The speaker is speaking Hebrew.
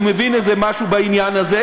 הוא מבין איזה משהו בעניין הזה,